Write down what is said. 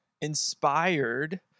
inspired